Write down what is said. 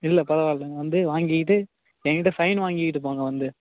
இல்லை பரவாயில்லை நீ வந்து வாங்கிக்கிட்டு எங்கிட்ட சைன் வாங்கிக்கிட்டு போங்க வந்து